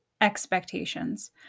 expectations